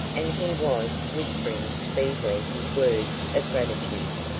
and he was whispering feebly his words of gratitude,